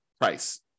price